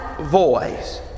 voice